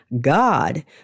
God